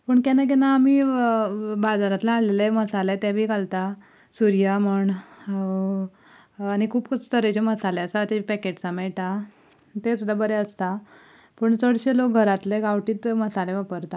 पूण केन्ना केन्ना आमी बाजारांतल्यान हाडलेले मसाले ते बी घालता सूर्या म्हण आनी खूब तरेचे मसाले आसा जे पेकॅट्सां मेळटा ते सुद्दां बरे आसता पूण चडशे लोक घरांतले गांवठीच मसाले वापरता